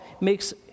makes